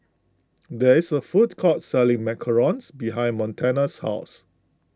there is a food court selling Macarons behind Montana's house